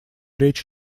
речь